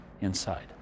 inside